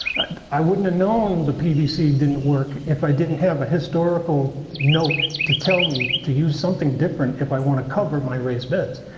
i wouldn't have known the pvc didn't work if i didn't have a historical note to tell me to use something different if i want to cover my raised beds.